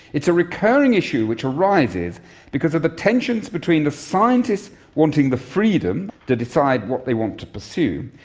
it's a recurring issue which arises because of the tensions between the scientists wanting the freedom to decide what they want to pursue,